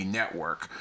network